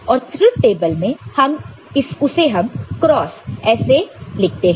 और truth table में भी उसे हम X ऐसे लिखते हैं